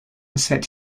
set